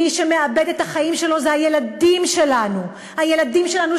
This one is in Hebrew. מי שמאבד את החיים שלו זה הילדים שלנו: הילדים שלנו,